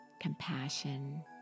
compassion